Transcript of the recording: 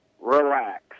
Relax